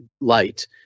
light